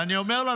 ואני אומר לה,